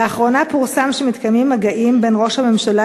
לאחרונה פורסם שמתקיימים מגעים בין ראש הממשלה